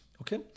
Okay